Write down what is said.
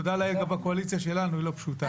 תודה לאל, גם הקואליציה שלנו לא פשוטה.